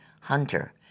Hunter